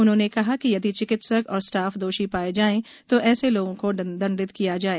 उन्होंने कहा कि यदि चिकित्सक और स्टाफ दोषी पाए जाएं तो ऐसे लोगों को दंडित किया जाए